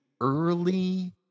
early